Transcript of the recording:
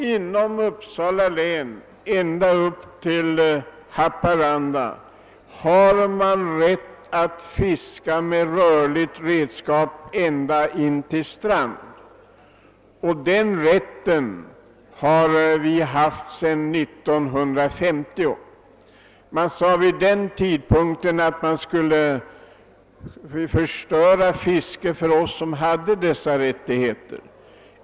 Inom Uppsala län ända upp till Haparanda har man rätt att fiska med rörliga redskap ända in till stranden. Den rätten har vi haft sedan 1950. Vid den tidpunkten sade man att fisket skulle förstöras för oss som hade dessa rättig heter.